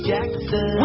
Jackson